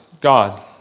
God